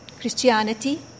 christianity